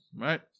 Right